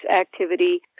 activity